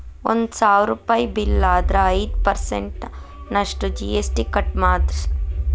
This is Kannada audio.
ಒಂದ್ ಸಾವ್ರುಪಯಿ ಬಿಲ್ಲ್ ಆದ್ರ ಐದ್ ಪರ್ಸನ್ಟ್ ನಷ್ಟು ಜಿ.ಎಸ್.ಟಿ ಕಟ್ ಮಾದ್ರ್ಸ್